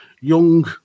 young